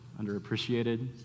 underappreciated